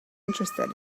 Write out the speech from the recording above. interested